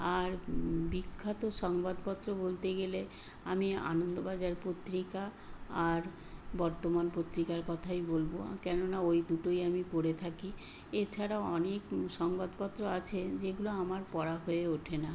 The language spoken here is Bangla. আর বিখ্যাত সংবাদপত্র বলতে গেলে আমি আনন্দবাজার পত্রিকা আর বর্তমান পত্রিকার কথাই বলবো কেননা ওই দুটোই আমি পড়ে থাকি এছাড়াও অনেক সংবাদপত্র আছে যেগুলো আমার পড়া হয়ে ওঠে না